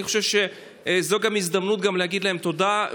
אני חושב שזאת גם הזדמנות להגיד להם תודה.